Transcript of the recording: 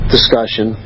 discussion